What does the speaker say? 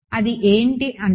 అది ఏంటి అంటే